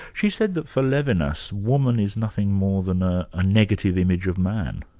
she said that for levinas, woman is nothing more than a ah negative image of man.